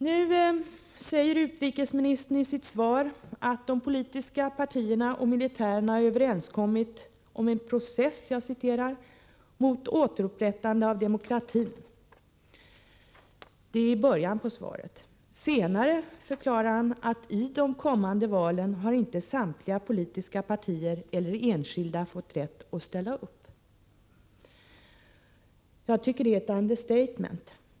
§: 5 a 23 2 dei Uruguay, I början av sitt svar säger utrikesministern att de politiska partierna och Mom militären ”har överenskommit om en process mot återupprättande av demokratin”. Senare förklarar han att i de kommande valen har inte samtliga politiska partier eller enskilda fått rätt att ställa upp. Jag tycker detta är ett understatement.